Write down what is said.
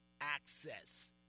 access